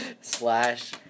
slash